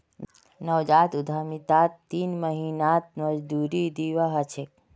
नवजात उद्यमितात तीन महीनात मजदूरी दीवा ह छे